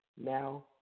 now